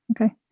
okay